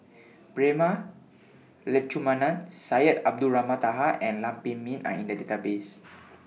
Prema Letchumanan Syed Abdulrahman Taha and Lam Pin Min Are in The Database